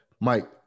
Mike